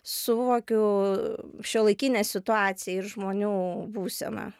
suvokiu šiuolaikinę situaciją ir žmonių būseną